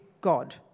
God